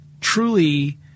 truly